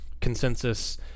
consensus